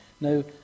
Now